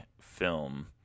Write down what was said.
film